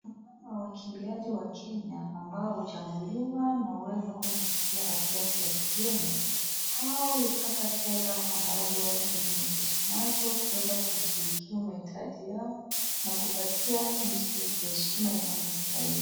Naona wakimiaji wa Kenya ambao huchaguliwa na huweza kwenda kukimbia katika nchi za kigeni, hao hupata fedha ambazo huweza kujinufaisha nazo, kuweza kujikimu mahitaji yao na kupatia nchi yetu heshima inayostahili.